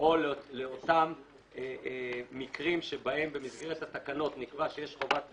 או לאותם מקרים שבהם במסגרת התקנות נקבע שיש חובת רישוי,